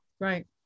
Right